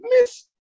miss